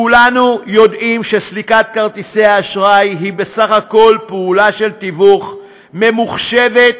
כולנו יודעים שסליקת כרטיסי אשראי היא בסך הכול פעולת תיווך ממוחשבת,